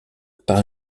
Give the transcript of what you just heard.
par